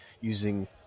using